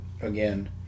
again